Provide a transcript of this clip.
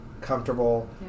comfortable